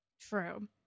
true